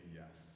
yes